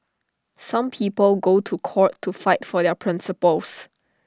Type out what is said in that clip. some people go to court to fight for their principles